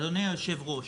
אדוני היושב-ראש,